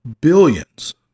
Billions